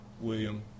William